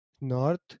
north